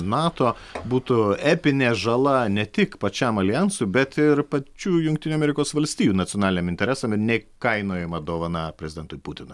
nato būtų epinė žala ne tik pačiam aljansui bet ir pačių jungtinių amerikos valstijų nacionaliniam interesam ir neįkainojama dovana prezidentui putinui